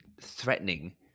threatening